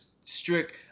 strict